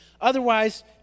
Otherwise